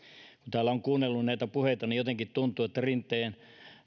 täällä on kuunnellut näitä puheita niin jotenkin tuntuu että rinteen